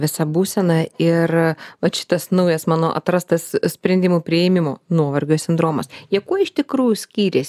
visa būsena ir vat šitas naujas mano atrastas sprendimų priėmimo nuovargio sindromas jie kuo iš tikrųjų skyrėsi